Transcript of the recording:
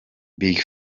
big